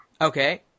Okay